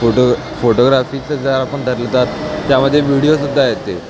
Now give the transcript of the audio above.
photo फोटोग्राफीचं जर आपण धरलं तर त्यामध्ये विडिओसुद्धा येते